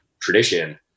tradition